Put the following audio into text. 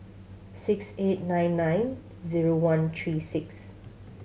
six eight nine nine zero one three six